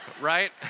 right